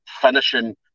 finishing